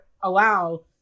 allow